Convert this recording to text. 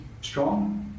strong